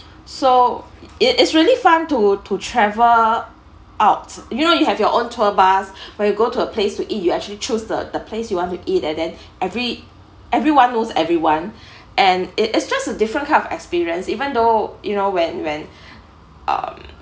so it it's really fun to to travel out you know you have your own tour bus where you go to a place to eat you actually choose the the place you want to eat and then every everyone knows everyone and it it's just a different kind of experience even though you know when when uh